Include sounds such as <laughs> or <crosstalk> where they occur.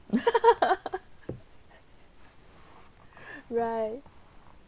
<laughs> right